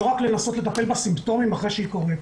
לא רק לנסות לטפל בסימפטומים אחרי שהיא קורית.